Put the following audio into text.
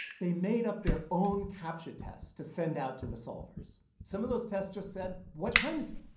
they made up their own captcha tests to send out to the solvers. some of those tests just said, what time is it?